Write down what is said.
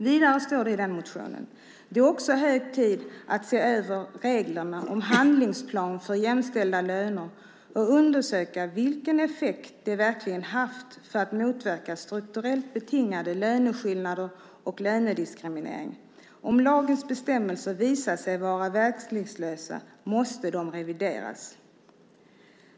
Vidare står det i samma motion: "Det är också hög tid att se över reglerna om handlingsplan för jämställda löner och undersöka vilken effekt de verkligen haft för att motverka strukturellt betingade löneskillnader och lönediskriminering. Om lagens bestämmelser visar sig vara verkningslösa måste de revideras."